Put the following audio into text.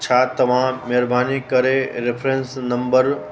छा तव्हां महिरबानी करे रिफ्रेंस नम्बर